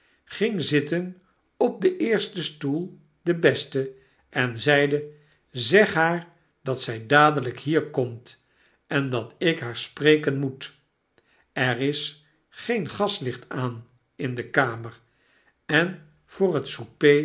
ging zitten op den eersten stoel den besten en zeide zeg haar dat zy dadelp hier komt en dat ik haar spreken moet er is geen gaslicht aan in de kamer en voor het